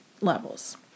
levels